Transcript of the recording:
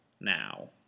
now